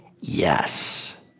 yes